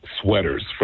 sweaters